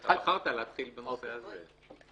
מייסד מיזם "אתה חברה שלי"- סיור בעקבות המשוררות